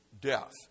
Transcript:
death